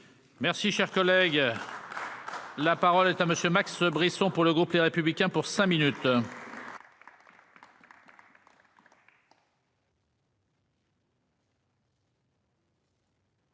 Merci cher collègue. La parole est à monsieur Max Brisson. Pour le groupe Les Républicains pour cinq minutes.